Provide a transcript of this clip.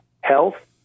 health